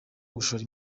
gushora